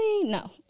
no